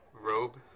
robe